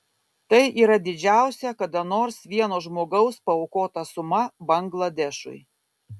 tai yra didžiausia kada nors vieno žmogaus paaukota suma bangladešui